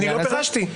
לא פירשתי.